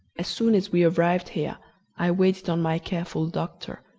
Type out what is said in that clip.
as soon as we arrived here i waited on my careful doctor,